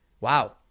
Wow